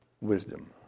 Wisdom